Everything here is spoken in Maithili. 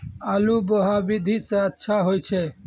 आलु बोहा विधि सै अच्छा होय छै?